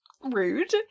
Rude